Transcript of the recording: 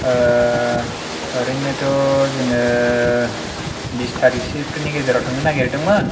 ओरैनोथ' जोङो बिस थारिखसोफोरनि गेजेराव थांनो नागिरदोंमोन